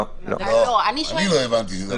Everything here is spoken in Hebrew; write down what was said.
אני שואלת --- אני לא הבנתי שזאת אותה שאלה.